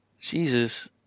Jesus